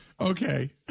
Okay